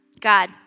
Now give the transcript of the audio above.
God